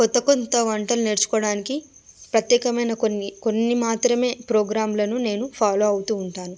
కొత్త కొత్త వంటలు నేర్చుకోడానికి ప్రత్యేకమైన కొన్ని కొన్ని మాత్రమే ప్రోగ్రాంలను నేను ఫాలో అవుతూ ఉంటాను